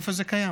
איפה זה קיים?